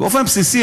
באופן בסיסי,